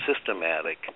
systematic